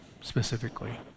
specifically